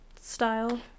style